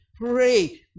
Pray